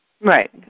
Right